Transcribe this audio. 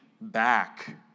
back